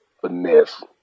finesse